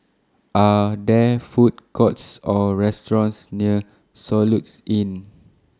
Are There Food Courts Or restaurants near Soluxe Inn